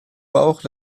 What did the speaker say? bauch